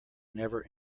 never